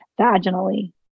vaginally